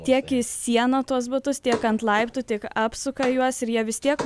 tiek į sieną tuos batus tiek ant laiptų tik apsuka juos ir jie vis tiek